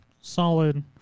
solid